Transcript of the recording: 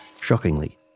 Shockingly